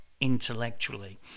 intellectually